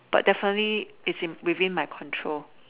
but definitely it's within my control